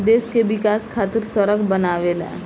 देश के विकाश खातिर सड़क बनावेला